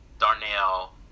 Darnell